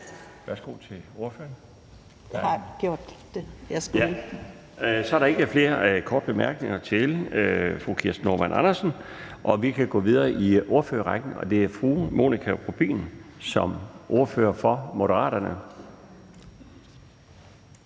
Laustsen): Så er der ikke flere korte bemærkninger til fru Kirsten Normann Andersen. Vi kan gå videre i ordførerrækken, og det er fru Monika Rubin som ordfører for Moderaterne.